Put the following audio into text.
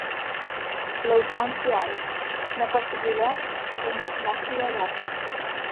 liaudanskiui aišku nepasigailės kol neišmoksi geografijos